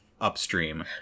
upstream